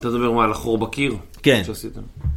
אתה מדבר מה, על החור בקיר? כן.